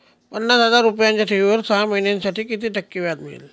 पन्नास हजार रुपयांच्या ठेवीवर सहा महिन्यांसाठी किती टक्के व्याज मिळेल?